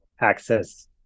access